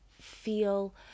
feel